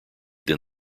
then